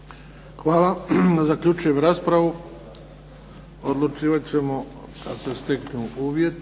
Hvala. Zaključujem raspravu. Odlučivat ćemo kad se steknu uvjeti.